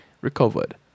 recovered